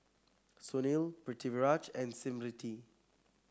Sunil Pritiviraj and Smriti